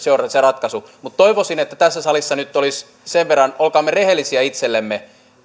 se ratkaisu mutta toivoisin että tässä salissa nyt oltaisiin sen verran rehellisiä itsellemme